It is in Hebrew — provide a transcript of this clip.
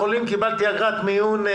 קיבלתי אגרת מיון.